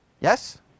Yes